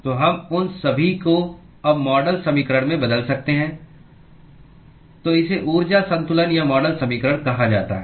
तो हम उन सभी को अब मॉडल समीकरण में बदल सकते हैं तो इसे ऊर्जा संतुलन या मॉडल समीकरण कहा जाता है